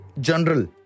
general